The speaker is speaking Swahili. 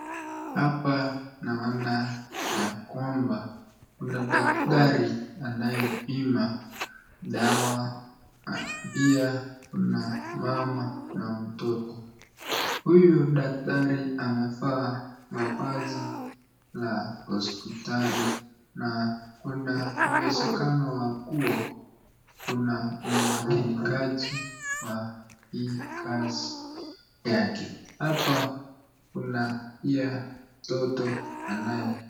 Hapa naona ya kwamba kuna daktari anayepima dawa, pia kuna mama na mtoto. Huyu daktari anavaa mavazi la hospitali na kuna uwezekano wa kuwa kuna umakinikaji wa hii kazi yake. Hapa kuna pia mtoto anaye.